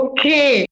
Okay